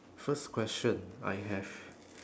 first question I have